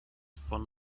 von